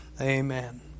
Amen